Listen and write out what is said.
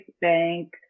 Bank